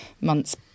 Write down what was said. months